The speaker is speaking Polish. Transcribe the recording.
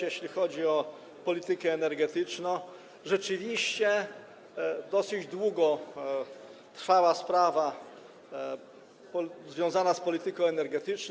Jeśli chodzi o politykę energetyczną, rzeczywiście dosyć długo trwała sprawa związana z polityką energetyczną.